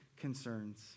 concerns